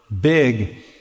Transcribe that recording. big